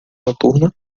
noturna